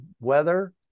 weather